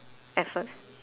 at first